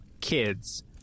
kids